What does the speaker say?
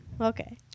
Okay